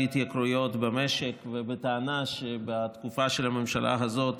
ההתייקרויות במשק ובטענה שבתקופה של הממשלה הזאת